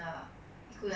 oh